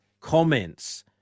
comments